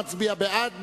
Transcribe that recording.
מצביע בעד,